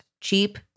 cheap